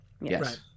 Yes